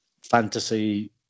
fantasy